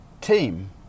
team